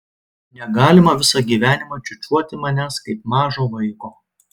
negalima visą gyvenimą čiūčiuoti manęs kaip mažo vaiko